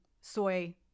soy